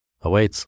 awaits